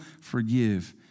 forgive